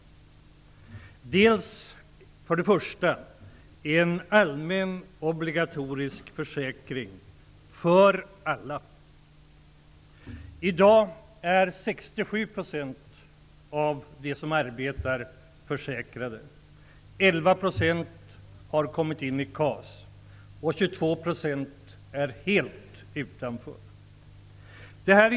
Den första grundbulten är en allmän obligatorisk försäkring för alla. I dag är 67 % av dem som arbetar försäkrade, 11 % omfattas av KAS, och 22 % står helt utanför systemet.